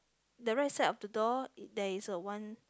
the right of the door there is a one